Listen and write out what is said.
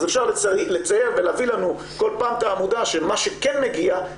אז אפשר לצייר ולהביא לנו כל פעם את העמודה של מה שכן מגיע,